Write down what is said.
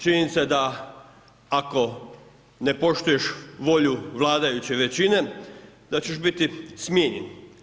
Činjenica je da ako ne poštuješ volju vladajuće većine, da ćeš biti smijenjen.